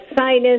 Sinus